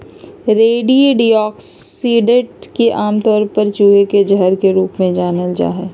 rodenticides के आमतौर पर चूहे के जहर के रूप में जानल जा हई